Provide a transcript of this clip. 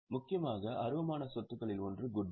முக்கியமான அருவமான சொத்துகளில் ஒன்று குட்வில்